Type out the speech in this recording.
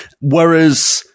whereas